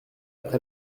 après